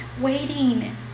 waiting